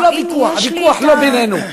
הנה,